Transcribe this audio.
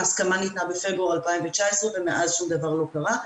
ההסכמה ניתנה בפברואר 2019 ומאז שום דבר לא קרה.